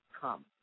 come